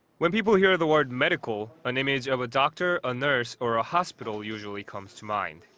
when people hear the word medical, an image of a doctor, a nurse, or a hospital usually comes to mind.